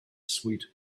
sweet